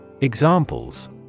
Examples